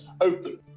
open